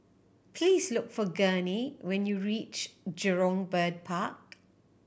please look for Gurney when you reach Jurong Bird Park